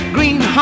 Green